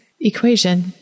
equation